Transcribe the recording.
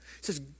says